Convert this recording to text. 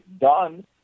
done